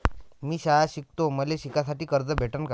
मी शाळा शिकतो, मले शिकासाठी कर्ज भेटन का?